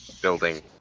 building